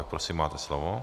Prosím, máte slovo.